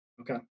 Okay